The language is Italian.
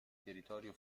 territorio